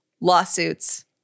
lawsuits